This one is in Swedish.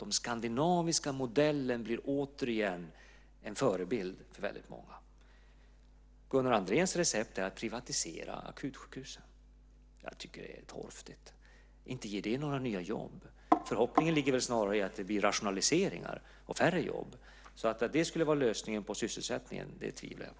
Den skandinaviska modellen är återigen en förebild för väldigt många. Gunnar Andréns recept är att privatisera akutsjukhusen. Jag tycker att det är torftigt. Inte ger det några nya jobb. Det blir snarare rationaliseringar och färre jobb. Att det skulle vara lösningen på problemet med sysselsättningen tvivlar jag på.